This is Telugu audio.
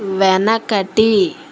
వెనకటి